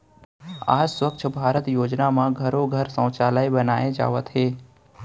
आज स्वच्छ भारत योजना म घरो घर सउचालय बनाए जावत हे